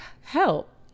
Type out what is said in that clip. help